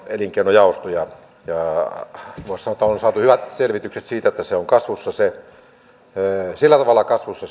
elinkeinojaostossa ja voisi sanoa että on saatu hyvät selvitykset siitä että se tuotanto on sillä tavalla kasvussa